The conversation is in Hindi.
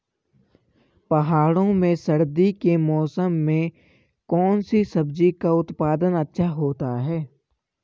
पहाड़ों में सर्दी के मौसम में कौन सी सब्जी का उत्पादन अच्छा होता है?